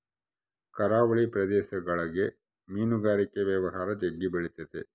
ಕರಾವಳಿ ಪ್ರದೇಶಗುಳಗ ಮೀನುಗಾರಿಕೆ ವ್ಯವಹಾರ ಜಗ್ಗಿ ಬೆಳಿತತೆ